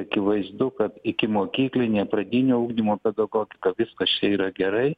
akivaizdu kad ikimokyklinė pradinio ugdymo pedagogika viskas čia yra gerai